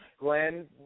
Glenn